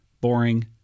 boring